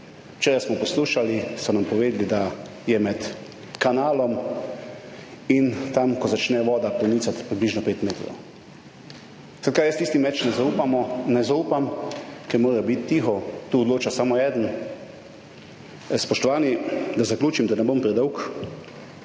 Včeraj smo poslušali, so nam povedali, da je med kanalom in tam, ko začne voda pronicati, približno 5 metrov. Skratka jaz tistim več ne zaupamo, ne zaupam, ker morajo biti tiho, tu odloča samo eden. Spoštovani, da zaključim, da ne bom predolg.